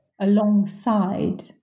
alongside